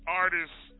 artists